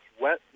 Wet